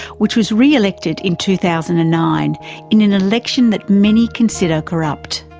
which was re-elected in two thousand and nine in an election that many consider corrupt.